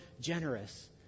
generous